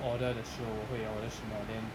order 的时候我会 order 什么 then